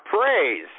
praise